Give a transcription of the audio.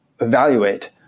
evaluate